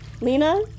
Lena